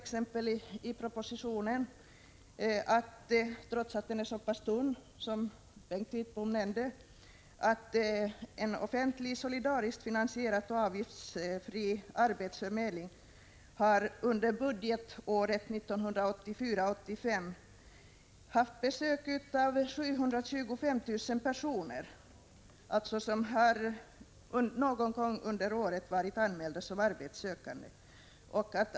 1985 85 har haft besök av 725 000 personer, dvs. att dessa personer någon gång under året varit anmälda som arbetssökande.